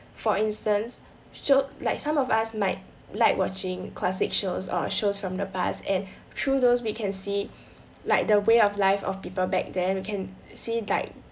for instance sho~ like some of us might like watching classic shows or shows from the past and through those we can see like the way of life of people back then we can see like